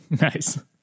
Nice